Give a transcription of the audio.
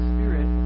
Spirit